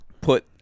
put